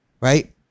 right